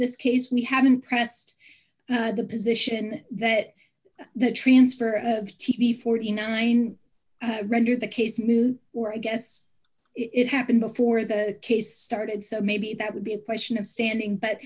this case we haven't pressed the position that the transfer of t v forty nine rendered the case move or i guess it happened before the case started so maybe that would be a question of standing but